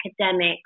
academic